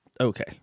Okay